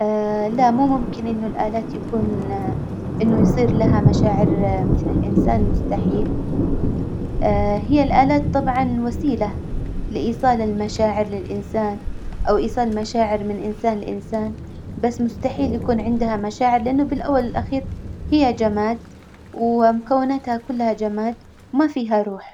نعم مهم جدا التعليم للمجتمع، ولا وما يرتجي المجتمع ولا يوصل لمرحلة إنه يبني علاجات جوية، يبني حياة كريمة، حياة جميلة إلا بالتعليم، الجهل دايما يدمر العلم، يدمر الناس، يدمر المجتمع، يدمر وطن.